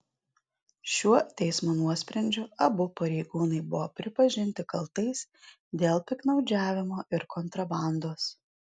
šiuo teismo nuosprendžiu abu pareigūnai buvo pripažinti kaltais dėl piktnaudžiavimo ir kontrabandos